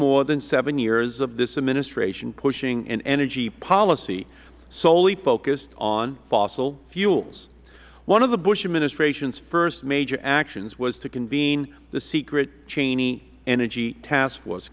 more than seven years of this administration pushing an energy policy solely focused on fossil fuels one of the bush administration's first major actions was to convene the secret cheney energy task force